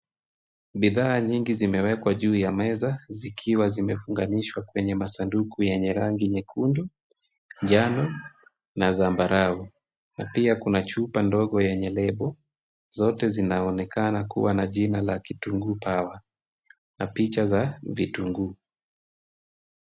Bidhaa nyingi zimewekwa juu ya meza zikiwa zimefunganishwa kwenye masanduku yenye rangi nyekundu, njano na zambarau. Pia kuna chupa ndogo yenye lebo. Zote zinaonekana kuwa na jina la Kitunguu pawa na picha za kitunguu.